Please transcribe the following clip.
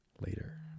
later